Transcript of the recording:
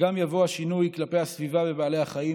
גם יבוא השינוי כלפי הסביבה ובעלי החיים.